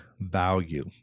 value